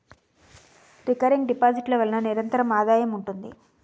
recurring deposit ల వలన నిరంతర ఆదాయం ఉంటుంది